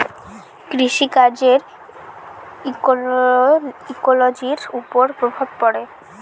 কৃষি কাজের ইকোলোজির ওপর প্রভাব পড়ে